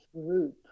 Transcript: group